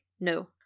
no